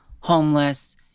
homeless